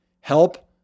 help